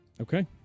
Okay